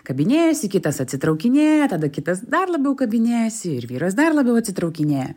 kabinėjasi kitas atsitraukinėja tada kitas dar labiau kabinėjasi ir vyras dar labiau atsitraukinėja